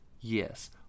Yes